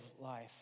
life